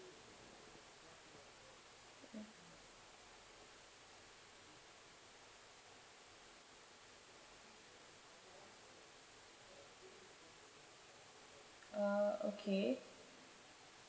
uh okay